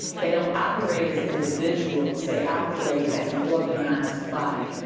they don't operate as individuals, they operate as an organized body.